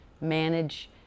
manage